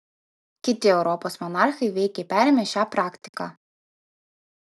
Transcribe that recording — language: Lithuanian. kiti europos monarchai veikiai perėmė šią praktiką